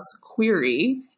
query